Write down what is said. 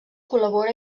col·labora